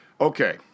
Okay